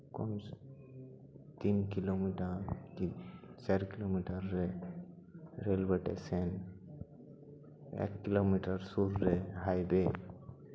ᱠᱚᱢᱤᱠᱥ ᱛᱤᱱ ᱠᱤᱞᱳᱢᱤᱴᱟᱨ ᱠᱤ ᱪᱟᱨ ᱠᱤᱞᱳᱢᱤᱴᱟᱨ ᱨᱮ ᱨᱮᱹᱞ ᱳᱭᱮ ᱴᱮᱥᱮᱱ ᱮᱠ ᱠᱤᱞᱳᱢᱤᱴᱟᱨ ᱥᱩᱨ ᱨᱮ ᱦᱟᱭᱳᱭᱮ